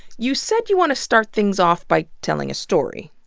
you said you want to start things off by te lling a story.